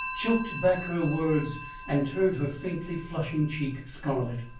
choked back her words and turned her faintly flushing cheek scarlet.